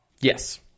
Yes